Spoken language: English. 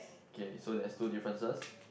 okay so there's two differences